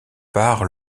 part